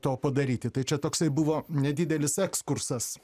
to padaryti tai čia toksai buvo nedidelis ekskursas